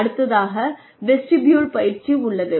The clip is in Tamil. அடுத்ததாக வெஸ்டிபுல் பயிற்சி உள்ளது